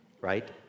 right